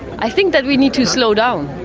i think that we need to slow down.